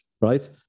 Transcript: right